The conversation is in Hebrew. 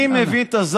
אני מביא את התחושה שלי.